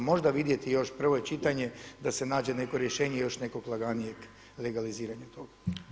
Možda vidjeti još, prvo je čitanje da se nađe neko rješenje još nekog laganijeg legaliziranja toga.